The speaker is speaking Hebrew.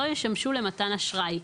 לא ישמשו למתן אשראי".